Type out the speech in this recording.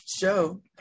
show